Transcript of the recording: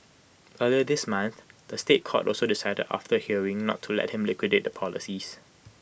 earlier this month the State Court also decided after A hearing not to let him liquidate the policies